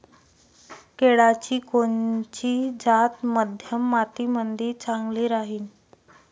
केळाची कोनची जात मध्यम मातीमंदी चांगली राहिन?